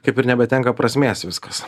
kaip ir nebetenka prasmės viskas